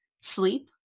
sleep